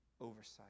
oversight